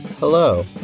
Hello